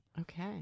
Okay